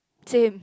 same